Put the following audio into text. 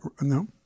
no